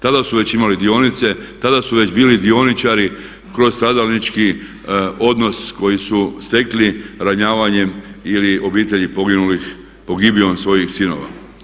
Tada su već imali dionice, tada su već bili dioničari kroz stradalnički odnos koji su stekli ranjavanjem ili obitelji poginulih pogibijom svojih sinova.